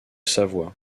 savoie